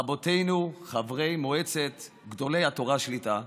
רבותינו חברי מועצת גדולי התורה שליט"א,